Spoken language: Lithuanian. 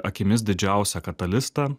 akimis didžiausią katalistą